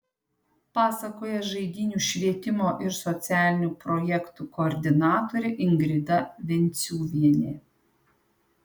pasakoja žaidynių švietimo ir socialinių projektų koordinatorė ingrida venciuvienė